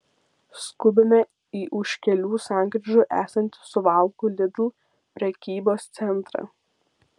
skubame į už kelių sankryžų esantį suvalkų lidl prekybos centrą